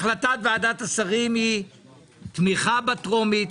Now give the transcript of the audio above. החלטת ועדת השרים היא תמיכה בטרומית,